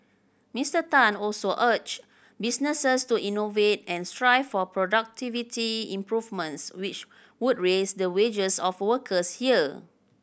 Mister Tan also urged businesses to innovate and strive for productivity improvements which would raise the wages of workers here